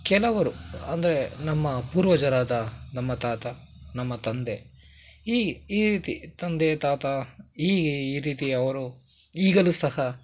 ಕೆಲವರು ಅಂದರೆ ನಮ್ಮ ಪೂರ್ವಜರಾದ ನಮ್ಮ ತಾತ ನಮ್ಮ ತಂದೆ ಈ ಈ ರೀತಿ ತಂದೆ ತಾತ ಹೀಗೆ ಈ ರೀತಿ ಅವರು ಈಗಲೂ ಸಹ